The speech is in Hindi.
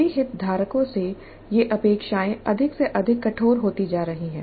सभी हितधारकों से ये अपेक्षाएं अधिक से अधिक कठोर होती जा रही हैं